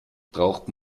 braucht